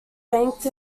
banked